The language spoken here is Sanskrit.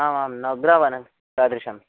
आम् आम् नवग्रवनं तादृशम्